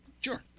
Sure